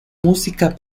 música